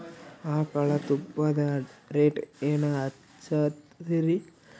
ಆಕಳ ತುಪ್ಪದ ರೇಟ್ ಏನ ಹಚ್ಚತೀರಿ?